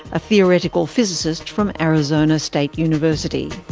a theoretical physicist from arizona state university.